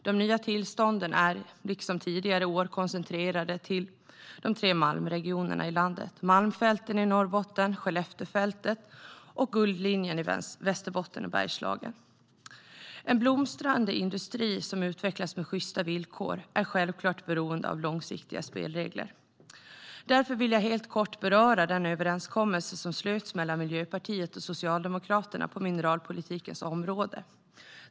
De nya tillstånden är liksom tidigare år koncentrerade till de tre malmregionerna i landet - malmfälten i Norrbotten, Skelleftefältet och guldlinjen i Västerbotten och Bergslagen. En blomstrande industri som utvecklas med sjysta villkor är självklart beroende av långsiktiga spelregler. Därför vill jag helt kort beröra den överenskommelse som slöts mellan Miljöpartiet och Socialdemokraterna på mineralpolitikens område.